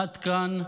עד כאן,